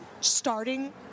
starting